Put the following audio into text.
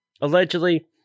allegedly